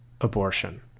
abortion